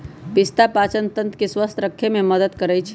पिस्ता पाचनतंत्र के स्वस्थ रखे में मदद करई छई